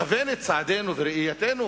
לכוון את צעדינו וראייתנו